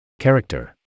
character